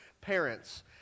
Parents